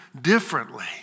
differently